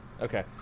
Okay